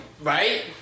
right